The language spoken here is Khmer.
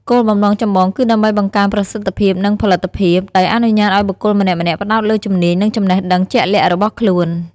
គោលបំណងចម្បងគឺដើម្បីបង្កើន ប្រសិទ្ធភាព និង ផលិតភាព ដោយអនុញ្ញាតឱ្យបុគ្គលម្នាក់ៗផ្តោតលើជំនាញ និងចំណេះដឹងជាក់លាក់របស់ខ្លួន។